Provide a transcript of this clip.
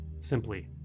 simply